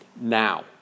now